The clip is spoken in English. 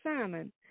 Simon